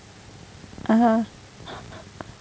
(uh huh)